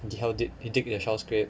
then help them dig dig the shellscrape